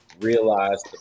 realize